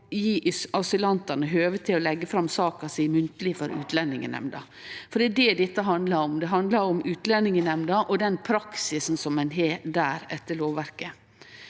gjev asylantane høve til å leggje fram saka si munnleg for Utlendingsnemnda. For det er det dette handlar om: Det handlar om Utlendingsnemnda og den praksisen som ein har der etter lovverket.